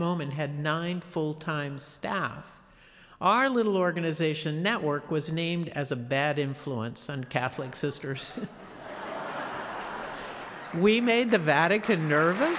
moment had nine full time staff our little organization network was named as a bad influence on catholic sisters and we made the vatican nervous